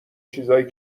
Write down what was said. چیزای